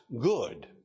good